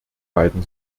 beiden